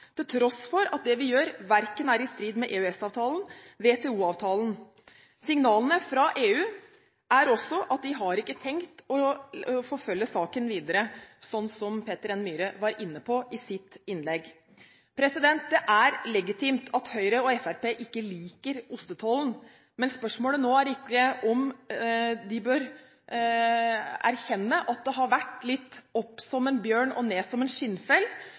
til tross for at det vi gjør, verken er i strid med EØS-avtalen eller WTO-avtalen. Signalene fra EU er også at de ikke har tenkt å forfølge saken videre, som Peter N. Myhre var inne på i sitt innlegg. Det er legitimt at Høyre og Fremskrittspartiet ikke liker ostetollen, men spørsmålet nå er om de ikke bør erkjenne at det har vært litt opp som en bjørn og ned som skinnfell,